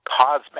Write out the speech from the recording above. cosmic